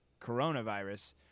coronavirus